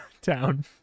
town